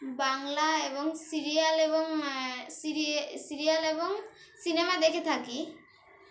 বাংলা এবং সিরিয়াল এবং সিরি সিরিয়াল এবং সিনেমা দেখে থাকি